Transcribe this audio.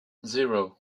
zero